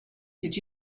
did